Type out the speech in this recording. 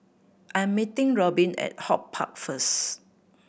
I'm meeting Robin at HortPark first